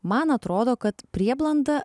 man atrodo kad prieblanda